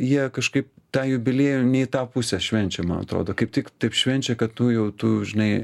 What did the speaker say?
jie kažkaip tą jubiliejų ne į tą pusę švenčia man atrodo kaip tik taip švenčia kad tu jau tu žinai